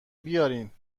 بیارین